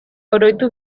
oroitu